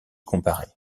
comparée